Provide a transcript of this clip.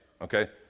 okay